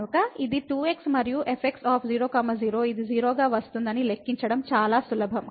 కాబట్టి ఇది 2 x మరియు fx 0 0 ఇది 0 గా వస్తుందని లెక్కించడం చాలా సులభం